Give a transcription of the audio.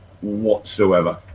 whatsoever